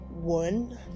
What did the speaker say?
one